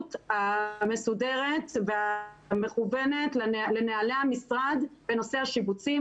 ההתנהלות המסודרת והמכוונת לנהלי המשרד בנושא השיבוצים.